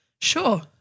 sure